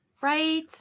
Right